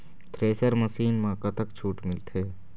Thresher machine म कतक छूट मिलथे?